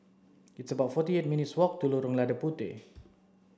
it's about forty eight minutes' walk to Lorong Lada Puteh